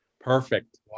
perfect